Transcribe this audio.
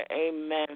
Amen